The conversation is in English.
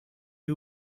who